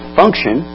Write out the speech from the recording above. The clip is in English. function